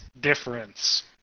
difference